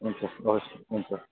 हुन्छ हवस् हुन्छ